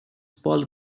paul